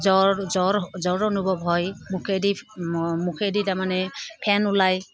জ্বৰ জ্বৰ জ্বৰ অনুভৱ হয় মুখেদি মুখেদি তাৰমানে ফেন ওলায়